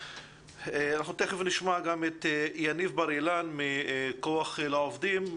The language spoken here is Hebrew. אנחנו תכף נשמע את יניב בר אילן מכוח לעובדים.